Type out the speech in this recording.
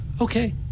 Okay